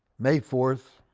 may fourth,